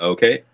Okay